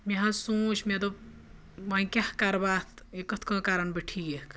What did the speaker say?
مےٚ حظ سوٗنٛچ مےٚ دوٚپ وۄنۍ کیاہ کَرٕ بہٕ اَتھ کِتھ کٔنۍ کَران بہٕ ٹھیٖک